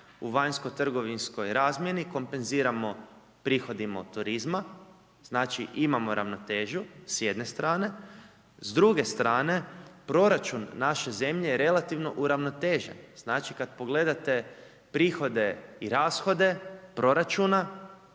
u vanjsko-trgovinskoj razmjeni kompenziramo prihodima od turizma, znači imamo ravnotežu s jedne strane, s druge strane, proračun naše zemlje je relativno uravnotežen, znači kad pogledate prihode i rashode proračuna,